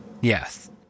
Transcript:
Yes